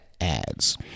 ads